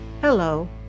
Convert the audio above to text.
Hello